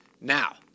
Now